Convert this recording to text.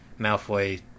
Malfoy